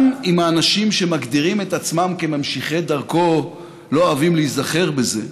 גם אם האנשים שמגדירים את עצמם כממשיכי דרכו לא אוהבים להיזכר בזה,